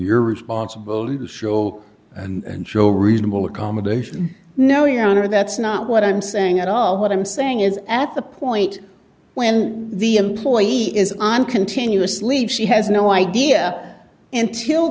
your responsibility to show and show reasonable accommodation no your honor that's not what i'm saying at all what i'm saying is at the point when the employee is on continuous leave she has no idea